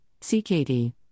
CKD